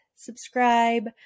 subscribe